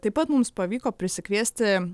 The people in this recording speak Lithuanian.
taip pat mums pavyko prisikviesti